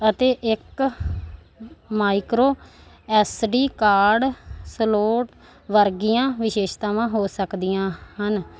ਅਤੇ ਇੱਕ micro S D card slot ਵਰਗੀਆਂ ਵਿਸ਼ੇਸ਼ਤਾਵਾਂ ਹੋ ਸਕਦੀਆਂ ਹਨ